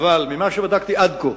ממה שבדקתי עד כה